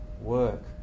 work